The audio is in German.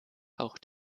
auch